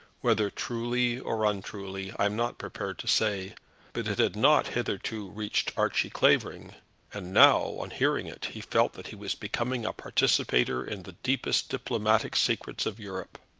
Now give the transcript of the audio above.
whether truly or untruly i am not prepared to say but it had not hitherto reached archie clavering and now, on hearing it, he felt that he was becoming a participator in the deepest diplomatic secrets of europe.